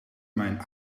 mijn